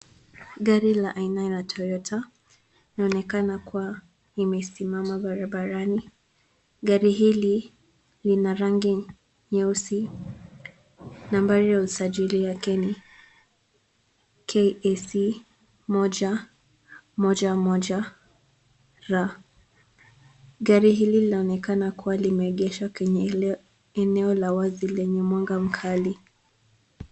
Gari la aina ya Toyota. Linaonekana kuwa limesimama barabarani. Gari hili lina rangi nyeusi. Nambari ya usajili yake ni KAC 111R. Gari hili linaonekana kuwa limeegeshwa kwenye eneo la wazi lenye mwanga mkali.